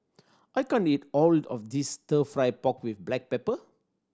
I can't eat all of this Stir Fry pork with black pepper